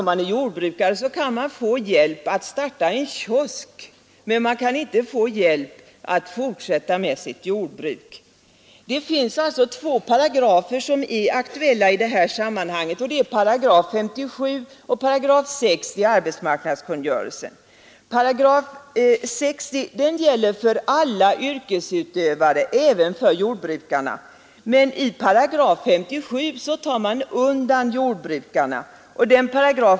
Om man är jordbrukare kan man möjligen få hjälp att starta en kioskrörelse, men man kan inte få hjälp att fortsätta med sitt jordbruk. Det finns två paragrafer som är aktuella i detta sammanhang, nämligen 57 8 och 60 § i arbetsmarknadskungörelsen. 60 § gäller för alla yrkesutövare, alltså även för jordbrukarna, men i 57 8 är jordbrukarna undantagna.